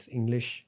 English